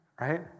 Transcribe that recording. right